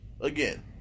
again